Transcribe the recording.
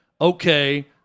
okay